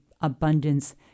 abundance